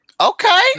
Okay